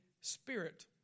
Spirit